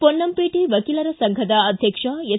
ಪೊನ್ನಂಪೇಟೆ ವಕೀಲರ ಸಂಘದ ಅಧ್ಯಕ್ಷ ಎಸ್